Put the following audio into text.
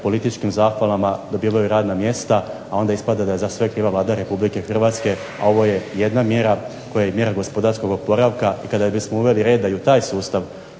političkim zahvalama dobivaju radna mjesta, a onda ispada da je za sve kriva Vlada Republike Hrvatske. A ovo je jedna mjera koja je mjera gospodarskog oporavka i kada bismo uveli reda i u taj sustav